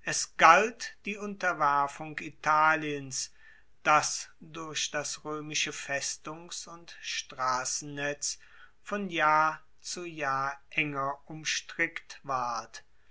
es galt die unterwerfung italiens das durch das roemische festungs und strassennetz von jahr zu jahr enger umstrickt ward